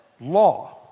law